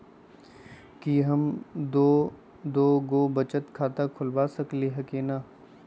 कि हम दो दो गो बचत खाता खोलबा सकली ह की न?